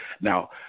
Now